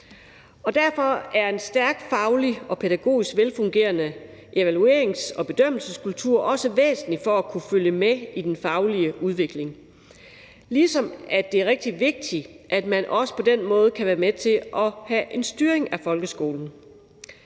Derfor er en stærk faglig og pædagogisk velfungerende evaluerings- og bedømmelseskultur også væsentlig for at kunne følge med i den faglige udvikling, ligesom det er rigtig vigtigt, at man også på den måde kan være med til at have en styring af folkeskolen.